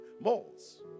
malls